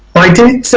i did.